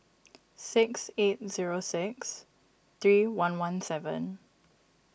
six eight zero six three one one seven